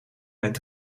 met